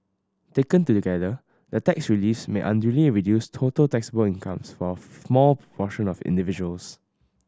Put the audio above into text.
taken together the tax reliefs may unduly reduce total taxable incomes for a small proportion of individuals